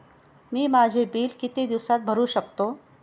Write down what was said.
मी माझे बिल किती दिवसांत भरू शकतो?